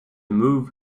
move